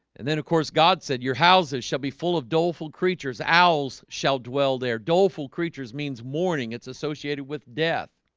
and then of course god said your houses shall be full of doleful creatures owls shall dwell their doleful creatures means mourning its associated associated with death